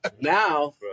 Now